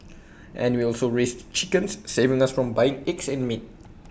and we also raised chickens saving us from buying eggs and meat